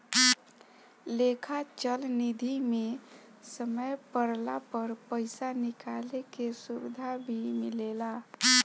लेखा चल निधी मे समय पड़ला पर पइसा निकाले के सुविधा भी मिलेला